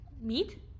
Meat